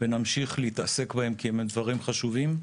ונמשיך לעסוק בהם כי הם דברים חשובים.